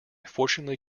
fortunately